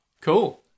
Cool